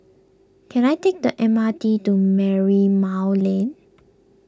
can I take the M R T to Merlimau Lane